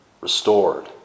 restored